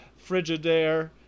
Frigidaire